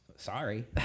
sorry